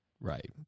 Right